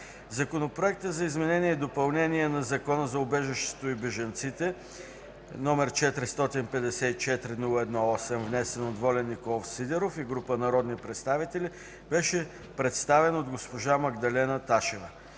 Законопроектът за изменение и допълнение на Закона за убежището и бежанците, № 454-01-8, внесен от Волен Николов Сидеров и група народни представители, беше представен от госпожа Магдалена Ташева.